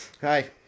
Hi